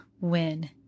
win